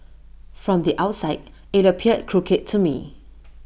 from the outside IT appeared crooked to me